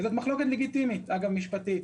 זו מחלוקת לגיטימית, משפטית.